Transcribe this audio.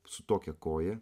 su tokia koja